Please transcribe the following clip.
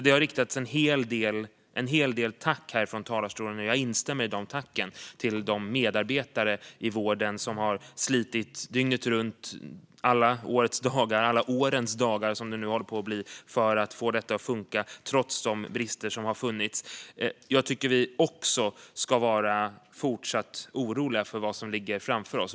Det har från talarstolen riktats en hel del tack till de medarbetare i vården som har slitit dygnet runt alla årets dagar - och alla årens dagar, som det nu håller på att bli - för att få detta att funka trots de brister som har funnits. Jag instämmer i dessa tack. Vi ska också vara oroliga för vad som ligger framför oss.